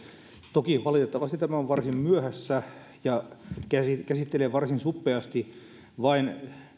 toki valitettavasti tämä on varsin myöhässä ja käsittelee varsin suppeasti vain